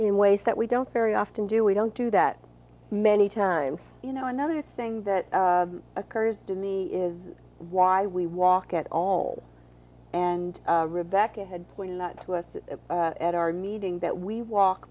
in ways that we don't very often do we don't do that many times you know another thing that occurs to me is why we walk at all and rebecca had pointed out to us at our meeting that we walk